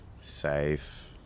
safe